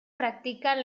practican